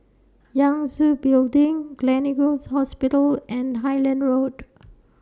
Yangtze Building Gleneagles Hospital and Highland Road